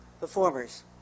performers